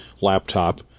laptop